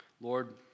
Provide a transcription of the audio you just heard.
Lord